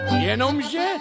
jenomže